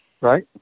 Right